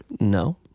No